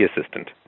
assistant